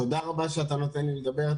תודה רבה שאתה נותן לי לדבר.